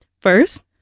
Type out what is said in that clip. First